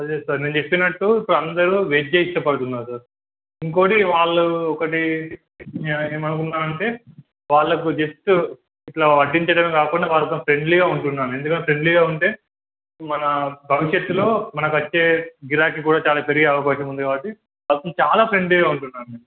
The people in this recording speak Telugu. అదే సార్ నేను చెప్పినట్టు ఇప్పుడు అందరూ వెజ్జె ఇష్టపడుతున్నా సార్ ఇంకోటి వాళ్ళు ఒకటి ఏమనుకున్నానంటే వాళ్ళకి జస్ట్ ఇట్లా వడ్డించడమే కాకుండా వాళ్ళతోం ఫ్రెండ్లీగా ఉంటున్నాను ఎందుకంటే ఫ్రెండ్లీగా ఉంటే మన భవిష్యత్తులో మనక వచ్చే గిరాకి కూడా చాలా పెరిగే అవకాశం ఉంది కాబట్టి వాళ్ళతోం చాలా ఫ్రెండ్లీగా ఉంటున్నాను